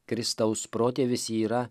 kristaus protėvis yra